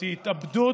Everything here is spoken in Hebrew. זוהי התאבדות,